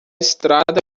estrada